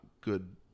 good